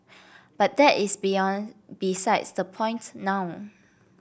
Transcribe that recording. but that is beyond besides the point now